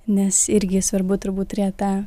nes irgi svarbu turbūt turėt tą